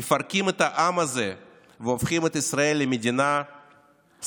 מפרקים את העם הזה והופכים את ישראל למדינה ספק-דמוקרטית?